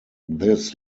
this